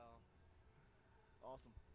Awesome